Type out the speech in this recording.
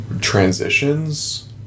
transitions